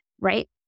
right